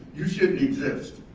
you shouldn't exist.